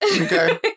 Okay